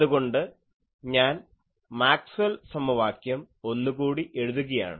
അതുകൊണ്ട് ഞാൻ മാക്സ്വെൽ സമവാക്യം ഒന്നുകൂടി എഴുതുകയാണ്